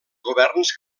governs